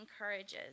encourages